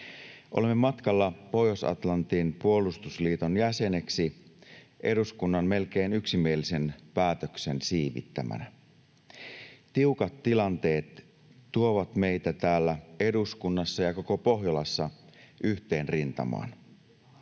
Olemme matkalla Pohjois-Atlantin puolustusliiton jäseneksi eduskunnan melkein yksimielisen päätöksen siivittämänä. Tiukat tilanteet tuovat meitä täällä eduskunnassa ja koko Pohjolassa yhteen rintamaan.